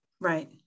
Right